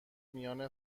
میان